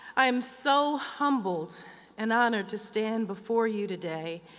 i am so humbled and honored to stand before you today.